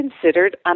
considered